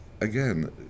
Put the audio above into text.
Again